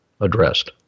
addressed